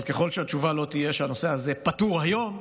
אבל ככל שהתשובה לא תהיה שהנושא הזה פתור היום,